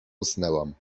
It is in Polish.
usnęłam